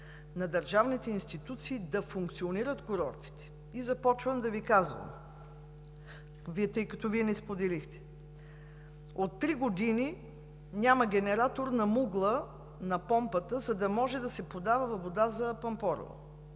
на държавните институции да функционират курортите. Започвам да Ви казвам, тъй като Вие не споделихте. От три години няма генератор на Мугла на помпата, за да може да се подава вода за Пампорово.